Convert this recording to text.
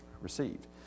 received